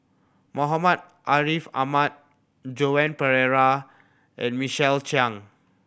Muhammad Ariff Ahmad Joan Pereira and Michael Chiang